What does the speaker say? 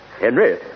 Henry